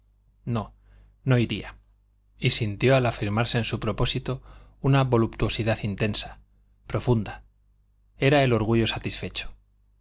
no no iría y sintió al afirmarse en su propósito una voluptuosidad intensa profunda era el orgullo satisfecho